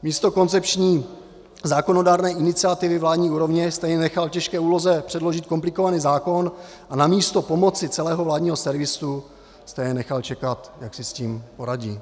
Místo koncepční zákonodárné iniciativy vládní úrovně jste jej nechali v těžké úloze předložit komplikovaný zákon a namísto pomoci celého vládního servisu jste jej nechal čekat, jak si s tím poradí.